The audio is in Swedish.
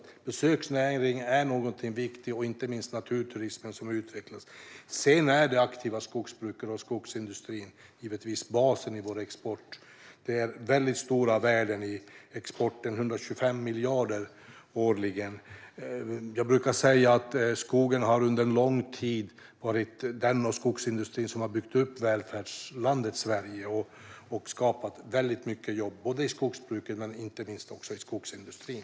Besöksnäringen är alltså någonting viktigt, inte minst naturturismen, som utvecklas. Sedan är det aktiva skogsbruket och skogsindustrin givetvis basen i vår export. Det finns väldigt stora värden i exporten, 125 miljarder årligen. Jag brukar säga att skogen och skogsindustrin under lång tid har varit det som byggt upp välfärdslandet Sverige. Det har skapats väldigt många jobb i skogsbruket och inte minst i skogsindustrin.